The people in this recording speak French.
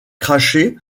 cracher